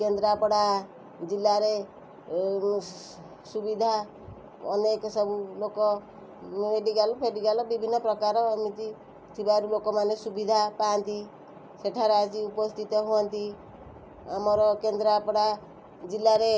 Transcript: କେନ୍ଦ୍ରାପଡ଼ା ଜିଲ୍ଲାରେ ସୁବିଧା ଅନେକ ସବୁ ଲୋକ ମେଡ଼ିକାଲ୍ ଫେଡ଼ିକାଲ୍ ବିଭିନ୍ନ ପ୍ରକାର ଏମିତି ଥିବାରୁ ଲୋକମାନେ ସୁବିଧା ପାଆନ୍ତି ସେଠାରେ ଆସି ଉପସ୍ଥିତ ହୁଅନ୍ତି ଆମର କେନ୍ଦ୍ରାପଡ଼ା ଜିଲ୍ଲାରେ